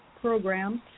programs